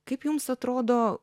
kaip jums atrodo